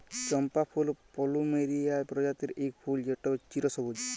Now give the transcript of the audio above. চম্পা ফুল পলুমেরিয়া প্রজাতির ইক ফুল যেট চিরসবুজ